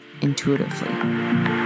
intuitively